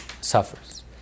suffers